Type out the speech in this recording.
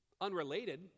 unrelated